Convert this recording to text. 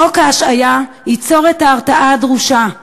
חוק ההשעיה ייצור את ההרתעה הדרושה,